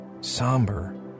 somber